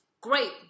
great